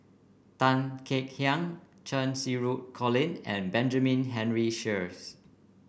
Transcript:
Tan Kek Hiang Cheng Xinru Colin and Benjamin Henry Sheares